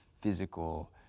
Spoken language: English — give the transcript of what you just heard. physical